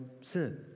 sin